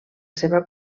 seva